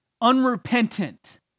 unrepentant